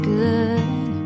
good